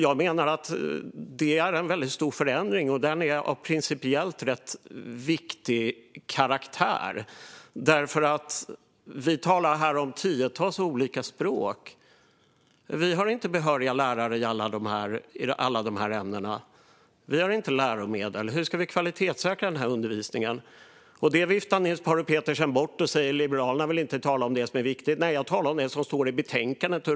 Jag menar att det är en väldigt stor förändring av rätt viktig principiell karaktär. Vi talar här om tiotals olika språk. Vi har inte behöriga lärare i alla dessa ämnen. Vi har inte läromedel. Hur ska vi kvalitetssäkra undervisningen? Detta viftar Niels Paarup-Petersen bort och säger att Liberalerna inte vill tala om det som är viktigt. Nej, jag talar om det som står i betänkandet.